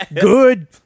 Good